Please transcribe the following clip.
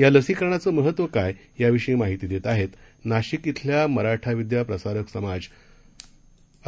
या लसीकरणाचं महत्त्व काय याविषयी माहिती देत आहेत नाशिक श्विल्या मराठा विद्या प्रसारक समाज